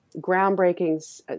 groundbreaking